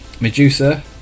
Medusa